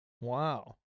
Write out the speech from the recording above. Wow